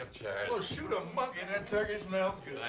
ah well, shoot a monkey. that turkey smells good.